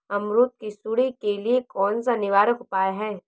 अमरूद की सुंडी के लिए कौन सा निवारक उपाय है?